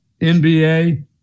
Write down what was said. NBA